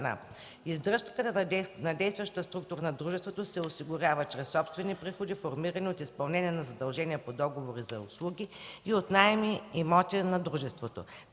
Издръжката на действащата структура на дружеството се осигурява чрез собствени приходи, формирани от изпълнение на задължения по договори за услуги и от наеми на имоти на дружеството.